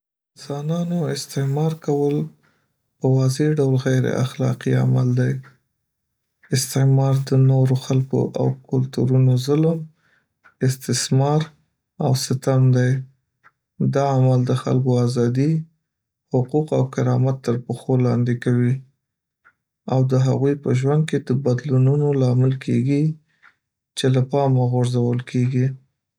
د انسانانو استعمار کول په واضح ډول غیر اخلاقي دی. استعمار د نورو خلکو او کلتورونو ظلم، استثمار او ستم دی. دا عمل د خلکو ازادي، حقوق او کرامت تر پښو لاندې کوي، او د هغوی په ژوند کې د بدلونونو لامل کیږي چې له پامه غورځول کیږي.